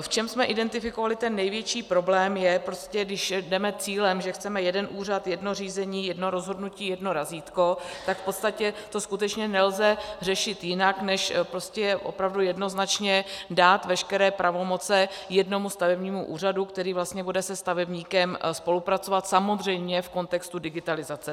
V čem jsme identifikovali ten největší problém, je prostě, když jdeme cílem, že chceme jeden úřad, jedno řízení, jedno rozhodnutí, jedno razítko, tak v podstatě to skutečně nelze řešit jinak, než opravdu jednoznačně dát veškeré pravomoce jednomu stavebnímu úřadu, který vlastně bude se stavebníkem spolupracovat, samozřejmě v kontextu digitalizace.